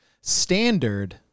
standard